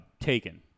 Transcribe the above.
taken